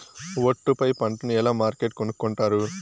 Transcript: ఒట్టు పై పంటను ఎలా మార్కెట్ కొనుక్కొంటారు?